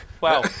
Wow